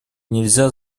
нельзя